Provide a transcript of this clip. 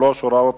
93) (הוראות